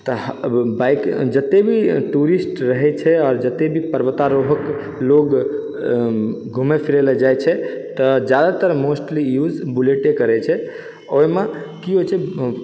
तऽ बाइक जते भी टुरिस्ट रहै छै आओर जते भी पर्वतारोहक लोग घुमै फिरै लए जाइ छै तऽ जादातर मोस्टली युज बुलेटे करै छै ओहिमे की होइ छै